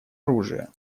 оружия